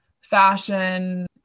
fashion